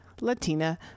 latina